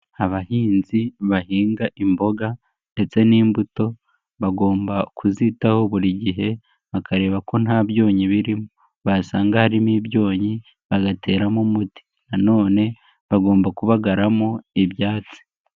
Abahinzi bahinga imboga ndetse n'imbuto, bagomba kuzitaho buri gihe, bakareba ko nta byonnyi birimo, basanga harimo ibyonyi, bagateramo umuti, nanone bagomba kubagaramo ibyatsi.